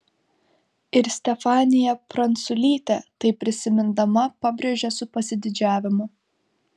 ir stefanija pranculytė tai prisimindama pabrėžia su pasididžiavimu